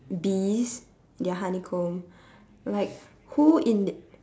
bees their honeycomb like who in